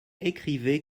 écrivait